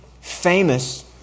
famous